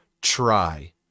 try